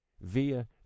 via